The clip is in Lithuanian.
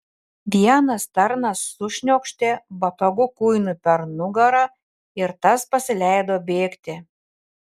vienas tarnas sušniokštė botagu kuinui per nugarą ir tas pasileido bėgti